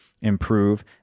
improve